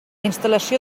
instal·lació